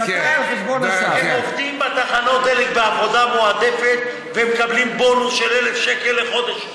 הם עובדים בתחנות הדלק בעבודה מועדפת ומקבלים בונוס של 1,000 שקל לחודש.